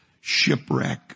shipwreck